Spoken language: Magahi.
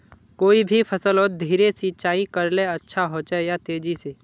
कोई भी फसलोत धीरे सिंचाई करले अच्छा होचे या तेजी से?